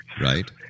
Right